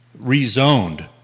rezoned